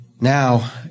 Now